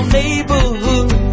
neighborhood